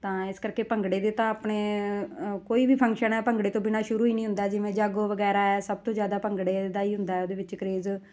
ਤਾਂ ਇਸ ਕਰਕੇ ਭੰਗੜੇ ਦੇ ਤਾਂ ਆਪਣੇ ਕੋਈ ਵੀ ਫੰਕਸ਼ਨ ਹੈ ਭੰਗੜੇ ਤੋਂ ਬਿਨਾਂ ਸ਼ੁਰੂ ਹੀ ਨਹੀਂ ਹੁੰਦਾ ਜਿਵੇਂ ਜਾਗੋ ਵਗੈਰਾ ਆ ਸਭ ਤੋਂ ਜ਼ਿਆਦਾ ਭੰਗੜੇ ਦਾ ਹੀ ਹੁੰਦਾ ਉਹਦੇ ਵਿੱਚ ਕਰੇਜ਼